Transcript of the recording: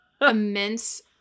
immense